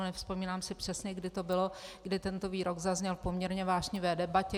Nevzpomínám si přesně, kdy to bylo, kdy tento výrok zazněl v poměrně vášnivé debatě.